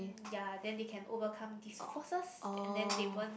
ya then they can overcome these forces and then they won't